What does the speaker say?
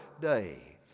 day